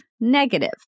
negative